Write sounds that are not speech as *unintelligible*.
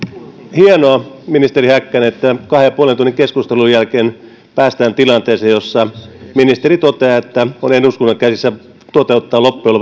hienoa ministeri häkkänen että kahden ja puolen tunnin keskustelun jälkeen päästään tilanteeseen jossa ministeri toteaa että on eduskunnan käsissä toteuttaa loppujen *unintelligible*